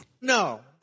No